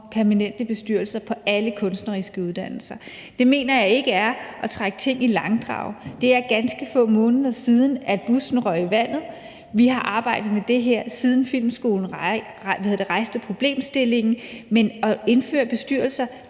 permanente bestyrelser på alle kunstneriske uddannelser. Det mener jeg ikke er at trække ting i langdrag. Det er ganske få måneder siden, at busten røg i vandet. Vi har arbejdet med det her, siden Filmskolen rejste problemstillingen; men at indføre bestyrelser